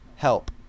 Help